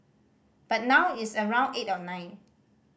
but now it's around eight or nine